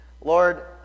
Lord